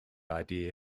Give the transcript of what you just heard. idea